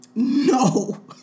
No